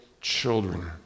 children